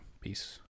Peace